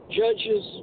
judges